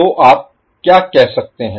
तो आप क्या कह सकते हैं